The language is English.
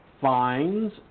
fines